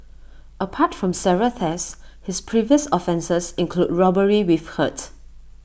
apart from several thefts his previous offences include robbery with hurt